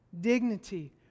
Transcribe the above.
dignity